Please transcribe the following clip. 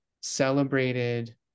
celebrated